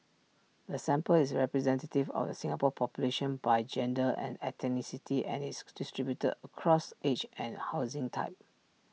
the sample is representative of the Singapore population by gender and ethnicity and is distributed across age and housing type